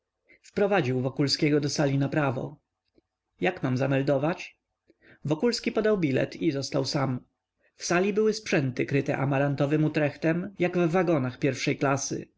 wprowadził wokulskiego do sali naprawo jak mam zameldować wokulski podał bilet i został sam w sali były sprzęty kryte amarantowym utrechtem jak w wagonach pierwszej klasy